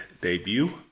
debut